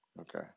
Okay